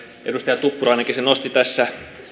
edustaja tuppurainenkin sen nosti tässä